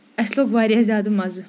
اَسہِ لوٚگ واریاہ زیادٕ مَزٕ